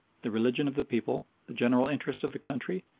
the religion of the people, the general interests of the country,